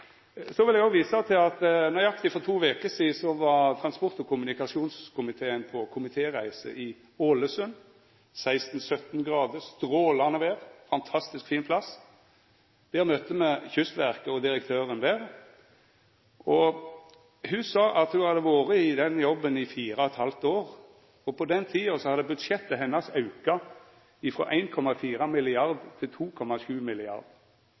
Så vil eg òg visa til at for nøyaktig to veker sidan var transport- og kommunikasjonskomiteen på komitéreise i Ålesund. Det var ein fantastisk fin plass – 16–27 grader, strålande vêr – og me hadde møte med Kystverket og direktøren der. Ho sa at ho hadde vore i den jobben i fire og et halvt år, og på den tida hadde budsjettet hennar auka frå 1,4 mrd. kr til 2,7